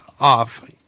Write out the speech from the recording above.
off